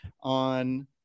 on